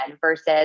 versus